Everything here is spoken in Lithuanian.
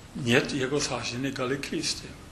net jeigu sąžinė gali kisti